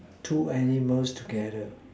two animals together